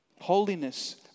Holiness